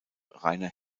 rainer